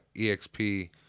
EXP